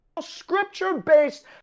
scripture-based